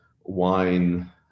wine